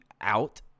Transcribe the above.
out